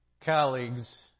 colleagues